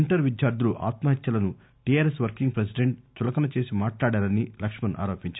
inter విద్యార్ధులు ఆత్మహత్యలను TRS working president చులకన చేసి మాట్లాడారని లక్ష్మణ్ ఆరోపించారు